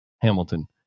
Hamilton